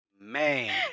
man